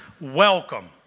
welcome